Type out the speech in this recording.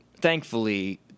Thankfully